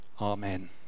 Amen